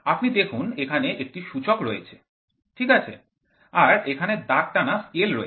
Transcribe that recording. আপনি দেখুন এখানে একটি সূচক রয়েছে ঠিক আছে আর এখানে দাগ টানা স্কেল রয়েছে